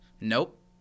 Nope